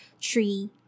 tree